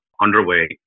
underway